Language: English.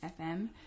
fm